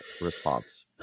response